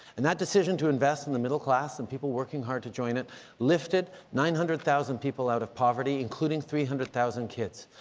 and that decision to invest in the middle class and people working hard to join it lifted nine hundred thousand people out of poverty including three hundred thousand kids.